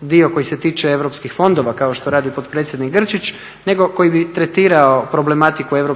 dio koji se tiče europskih fondova kao što radi potpredsjednik Grčić, nego koji bi tretirao problematiku EU